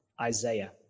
Isaiah